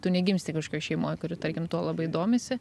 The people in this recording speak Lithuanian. tu negimsti kažkokioj šeimoj kuri tarkim tuo labai domisi